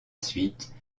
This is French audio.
suite